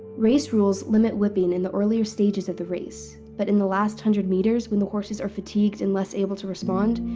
race rules limit whipping in the earlier stages of the race, but in the last hundred metres when the horses are fatigued and less able to respond,